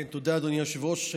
תודה, אדוני היושב-ראש.